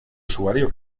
usuario